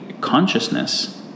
consciousness